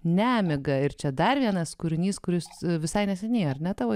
nemiga ir čia dar vienas kūrinys kuris visai neseniai ar ne tavo